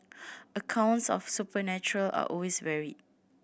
accounts of supernatural are always varied